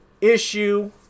issue